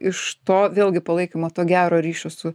iš to vėlgi palaikymo to gero ryšio su